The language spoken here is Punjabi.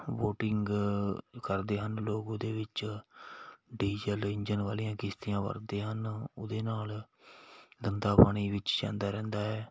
ਬੋਟਿੰਗ ਕਰਦੇ ਹਨ ਲੋਕ ਉਹਦੇ ਵਿੱਚ ਡੀਜ਼ਲ ਇੰਜਨ ਵਾਲੀਆਂ ਕਿਸ਼ਤੀਆਂ ਵਰਤਦੇ ਹਨ ਉਹਦੇ ਨਾਲ ਗੰਦਾ ਪਾਣੀ ਵਿੱਚ ਜਾਂਦਾ ਰਹਿੰਦਾ ਹੈ